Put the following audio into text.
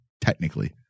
Technically